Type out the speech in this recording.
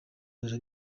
barara